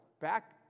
back